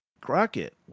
Crockett